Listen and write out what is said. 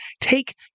take